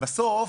ובסוף